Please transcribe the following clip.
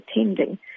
attending